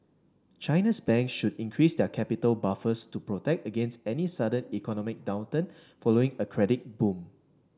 China's banks should increase their capital buffers to protect against any sudden economic downturn following a credit boom